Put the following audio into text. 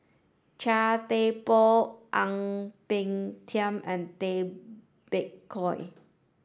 Chia Thye Poh Ang Peng Tiam and Tay Bak Koi